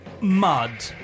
mud